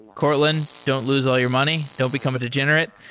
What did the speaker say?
courtland, don't lose all your money. don't become a degenerate.